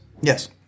Yes